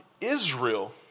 Israel